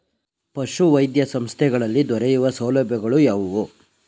ಪಶುವೈದ್ಯ ಸಂಸ್ಥೆಗಳಲ್ಲಿ ದೊರೆಯುವ ಸೌಲಭ್ಯಗಳು ಯಾವುವು?